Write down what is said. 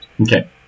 Okay